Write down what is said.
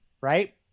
right